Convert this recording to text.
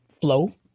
flow